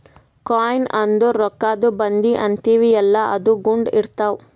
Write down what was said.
coin ಅಂದುರ್ ರೊಕ್ಕಾದು ಬಂದಿ ಅಂತೀವಿಯಲ್ಲ ಅದು ಗುಂಡ್ ಇರ್ತಾವ್